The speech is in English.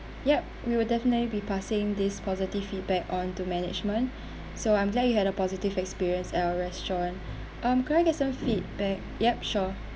yup we will definitely be passing this positive feedback on to management so I'm glad you had a positive experience at our restaurant uh could I get some feedback yup sure